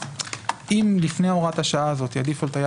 אם לפני הוראת השעה הזאת הדיפולט היה